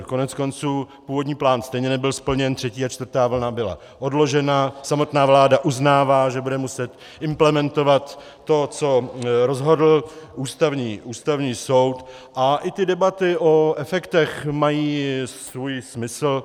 Koneckonců původní plán stejně nebyl splněn, třetí a čtvrtá vlna byla odložena, samotná vláda uznává, že bude muset implementovat to, co rozhodl Ústavní soud, a i ty debaty o efektech mají svůj smysl.